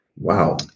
Wow